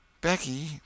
Becky